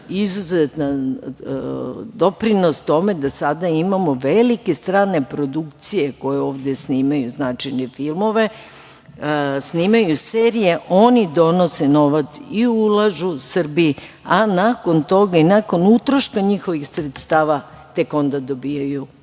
izuzetan doprinos tome da sada imamo velike strane produkcije koje ovde snimaju značajne filmove, serije, oni donose novac i ulažu u Srbiji, a nakon toga i nakon utroška njihovih sredstava, tek onda dobijaju